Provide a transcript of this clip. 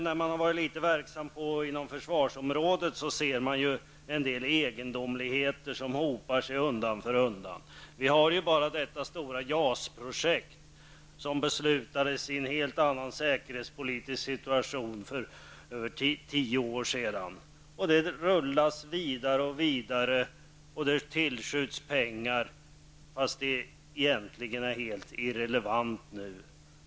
När man varit litet verksam inom försvarsområdet har man sett en del egendomligheter som hopar sig undan för undan. Se bara på detta stora JAS projekt som beslutades i en helt annan säkerhetspolitisk situation för över tio år sedan. Det rullas vidare och vidare. Det tillskjuts pengar fast projektet egentligen är helt irrelevant nu.